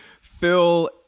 phil